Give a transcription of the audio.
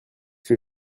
que